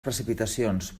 precipitacions